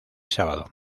sábado